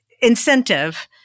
incentive